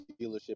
dealership